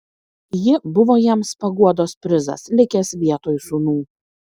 ji buvo jiems paguodos prizas likęs vietoj sūnų